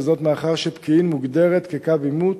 וזאת מאחר שפקיעין מוגדרת כקו עימות,